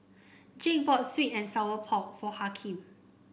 Jake bought sweet and Sour Pork for Hakim